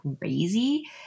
crazy